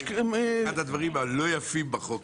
אחד הדברים לא יפים בחוק.